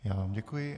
Já vám děkuji.